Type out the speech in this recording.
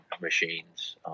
machines